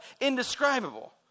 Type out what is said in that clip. Indescribable